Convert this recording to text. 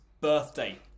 birthday